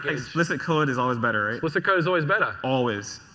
explicit code is always better. explicit code is always better. always.